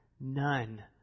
none